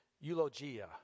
eulogia